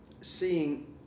seeing